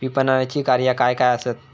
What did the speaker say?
विपणनाची कार्या काय काय आसत?